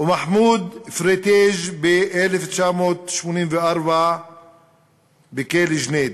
ומחמוד פריטיג', ב-1984 בכלא ג'נייד.